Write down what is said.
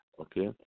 Okay